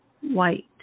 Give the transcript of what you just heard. White